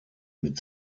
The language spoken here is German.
mit